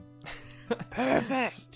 Perfect